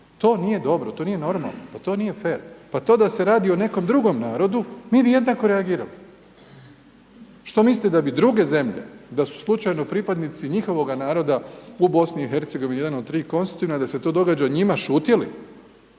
To nije dobro, to nije normalno. To nije fer, pa to da se radi o nekom drugom narodu, mi bi jednako reagirali. Što mislite da bi duge zemlje da su slučajno pripadnici njihovoga naroda u BiH-u, jedan od 3 konstitutivna, da se to događanjima njima,